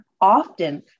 Often